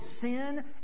sin